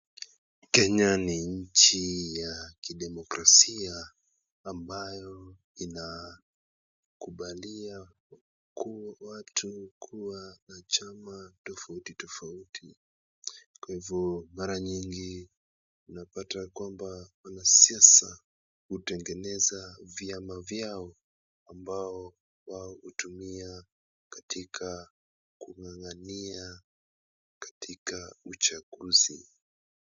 Kenya ni nchi ya kidemokrasia ambayo inakubalia watu kuwa na chama tofauti tofauti. Kwa hivyo mara nyingi unapata kwamba wanasiasa hutengeneza vyama vyao ambao wao hutumia katika kung'ang'ania katika uchaguzi.